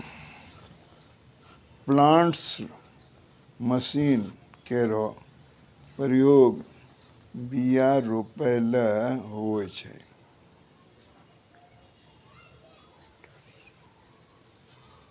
planters machine केरो प्रयोग बीया रोपै ल होय छै